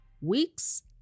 weeks